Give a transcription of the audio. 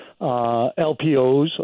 LPOs